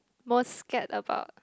most scared about